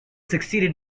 succeeded